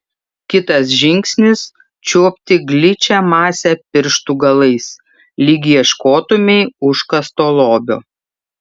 kitas žingsnis čiuopti gličią masę pirštų galais lyg ieškotumei užkasto lobio